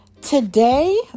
today